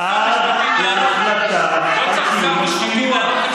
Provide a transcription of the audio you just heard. עד להחלטה על קיום שימוע.